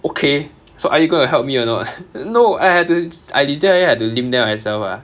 okay so are you going to help me you or not I had to I l~ had to limp there myself ah